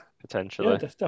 Potentially